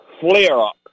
flare-up